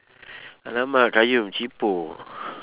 !alamak! qayyum cheapo